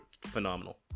phenomenal